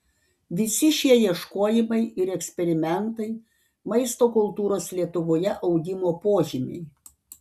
visi šie ieškojimai ir eksperimentai maisto kultūros lietuvoje augimo požymiai